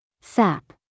Sap